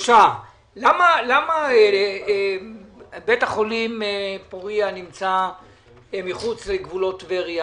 למה בית החולים פוריה נמצא מחוץ לגבולות טבריה?